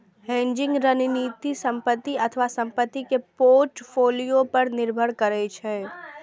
hedging रणनीति संपत्ति अथवा संपत्ति के पोर्टफोलियो पर निर्भर करै छै